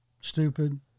stupid